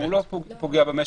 לא פוגע במשק,